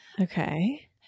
Okay